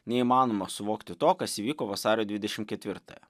neįmanoma suvokti to kas įvyko vasario dvidešim ketvirtąją